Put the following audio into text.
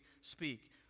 speak